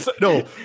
No